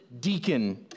deacon